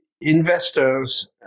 investors